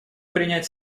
принять